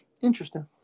Interesting